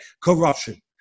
Corruption